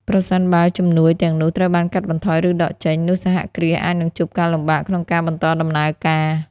ប្រសិនបើជំនួយទាំងនោះត្រូវបានកាត់បន្ថយ ឬដកចេញ នោះសហគ្រាសអាចនឹងជួបការលំបាកក្នុងការបន្តដំណើរការ។